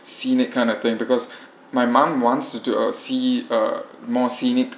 scenic kind of thing because my mom wants to do uh see uh more scenic